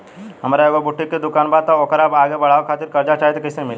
हमार एगो बुटीक के दुकानबा त ओकरा आगे बढ़वे खातिर कर्जा चाहि त कइसे मिली?